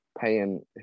paying